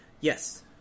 Yes